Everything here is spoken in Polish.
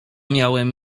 miałem